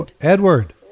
Edward